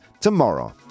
tomorrow